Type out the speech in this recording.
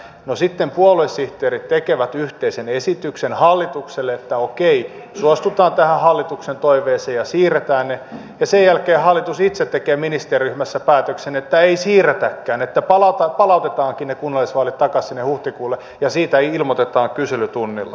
no sitten puoluesihteerit tekevät yhteisen esityksen hallitukselle että okei suostutaan tähän hallituksen toiveeseen ja siirretään ne ja sen jälkeen hallitus itse tekee ministeriryhmässä päätöksen että ei siirretäkään että palautetaankin ne kunnallisvaalit takaisin sinne huhtikuulle ja siitä ilmoitetaan kyselytunnilla